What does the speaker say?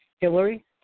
Hillary